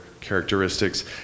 characteristics